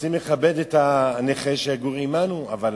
רוצים לכבד את הנכה שיגור עמנו, אבל